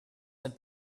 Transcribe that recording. had